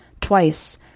twice